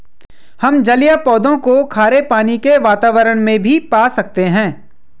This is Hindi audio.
हम जलीय पौधों को खारे पानी के वातावरण में भी पा सकते हैं